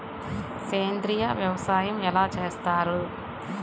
సేంద్రీయ వ్యవసాయం ఎలా చేస్తారు?